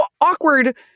awkward